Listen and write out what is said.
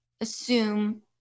assume